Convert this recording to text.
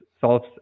solves